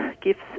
Gifts